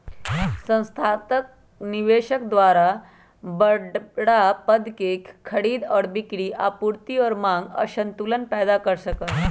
संस्थागत निवेशक द्वारा बडड़ा पद के खरीद और बिक्री आपूर्ति और मांग असंतुलन पैदा कर सका हई